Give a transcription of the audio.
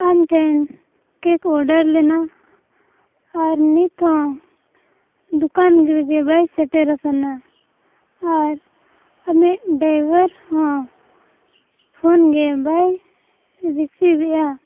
ᱟᱢᱴᱷᱮᱱ cake order ᱞᱮᱱᱟ ᱟᱨ ᱱᱤᱛ ᱦᱚᱸ ᱫᱩᱠᱟᱱ ᱨᱮᱜᱮ ᱵᱟᱭ ᱥᱮᱴᱮᱨᱟᱠᱟᱱᱟ ᱟᱨ ᱟᱞᱮᱭᱮᱜ ᱰᱟᱭᱵᱟᱨ ᱦᱚᱸ ᱯᱷᱳᱱ ᱜᱮ ᱵᱟᱭ ᱨᱤᱥᱤᱵᱮᱜᱼᱟ